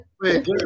wait